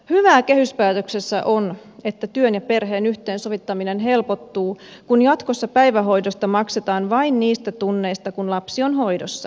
hyvää kehyspäätöksessä on että työn ja perheen yhteensovittaminen helpottuu kun jatkossa päivähoidossa maksetaan vain niistä tunneista kun lapsi on hoidossa